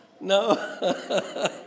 no